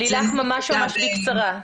ממש בקצרה.